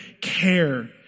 care